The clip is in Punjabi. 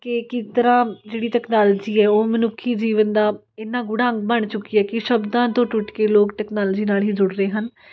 ਕਿ ਕਿਸ ਤਰ੍ਹਾਂ ਜਿਹੜੀ ਟੈਕਨਾਲਜੀ ਆ ਉਹ ਮਨੁੱਖੀ ਜੀਵਨ ਦਾ ਇੰਨਾਂ ਗੂੜ੍ਹਾ ਅੰਗ ਬਣ ਚੁੱਕੀ ਹੈ ਕਿ ਸ਼ਬਦਾਂ ਤੋਂ ਟੁੱਟ ਕੇ ਲੋਕ ਤਕਨਾਲੋਜੀ ਨਾਲ ਹੀ ਜੁੜ ਰਹੇ ਹਨ